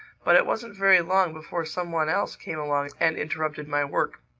but it wasn't very long before some one else came along and interrupted my work.